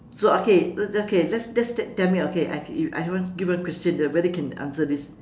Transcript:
so okay okay let's just tell me okay I give you one question whether you can answer this